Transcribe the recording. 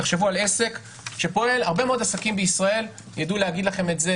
תחשבו על עסק שפועל הרבה מאוד עסקים בישראל ידעו להגיד לכם את זה,